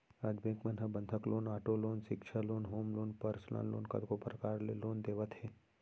आज बेंक मन ह बंधक लोन, आटो लोन, सिक्छा loan, home loan, personal loan कतको परकार ले लोन देवत हे